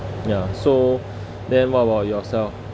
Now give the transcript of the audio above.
ya so then what about yourself